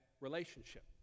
relationship